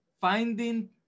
finding